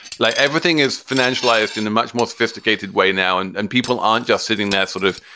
like everything is financialized in the much more sophisticated way now. and and people aren't just sitting there sort of,